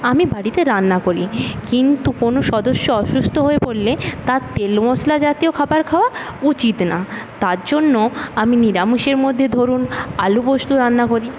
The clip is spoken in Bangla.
আমি বাড়িতে রান্না করি কিন্তু কোন সদস্য অসুস্থ হয়ে পড়লে তার তেল মশলা জাতীয় খাবার খাওয়া উচিত না তার জন্য আমি নিরামিষের মধ্যে ধরুন আলুপোস্ত রান্না করি